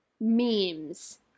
memes